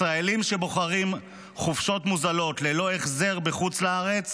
ישראלים שבוחרים חופשות מוזלות ללא החזר בחוץ לארץ